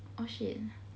oh shit